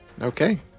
Okay